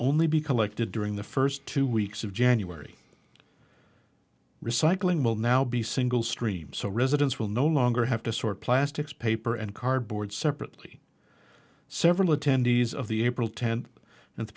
only be collected during the first two weeks of january recycling will now be single stream so residents will no longer have to sort plastics paper and cardboard separately several attendees of the april tenth and